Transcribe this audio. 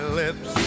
lips